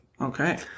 okay